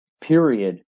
period